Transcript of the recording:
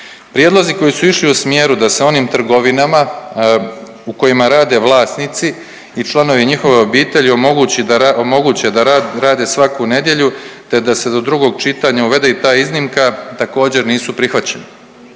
Prijedlozi koji su išli u smjeru da se onim trgovinama u kojima rade vlasnici i članovi njihove obitelji omogući, omoguće da rade svaku nedjelju te da se do drugog čitanja uvede i ta iznimka također nisu prihvaćeni.